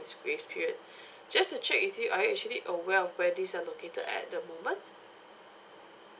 minutes grace period just to check with you are you actually aware of where these are located at the moment